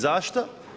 Zašto?